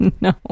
No